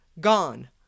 gone